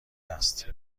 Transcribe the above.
است